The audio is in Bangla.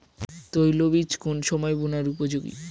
তৈল বীজ কোন সময় বোনার উপযোগী?